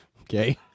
okay